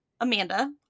Amanda